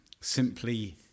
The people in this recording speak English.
simply